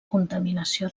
contaminació